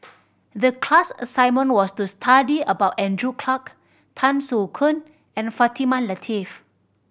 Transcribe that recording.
the class assignment was to study about Andrew Clarke Tan Soo Khoon and Fatimah Lateef